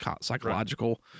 psychological